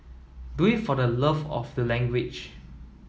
do it for the love of the language